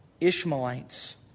Ishmaelites